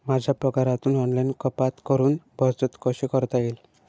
माझ्या पगारातून ऑनलाइन कपात करुन बचत कशी करता येईल?